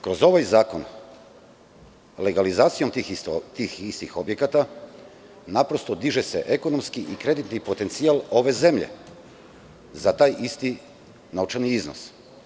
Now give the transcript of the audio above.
Kroz ovaj zakon, legalizacijom tih istih objekata, naprosto diže se ekonomski i kreditni potencijal ove zemlje za taj isti novčani iznos.